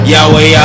Yahweh